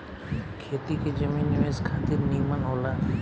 खेती के जमीन निवेश खातिर निमन होला